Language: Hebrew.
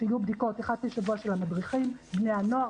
שיהיו בדיקות אחת לשבוע של המדריכים, בני הנוער.